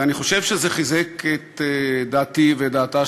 ואני חושב שזה חיזק את דעתי ואת דעתה